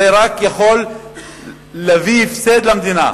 זה רק יכול להביא הפסד למדינה,